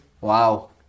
Wow